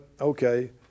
okay